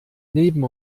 neben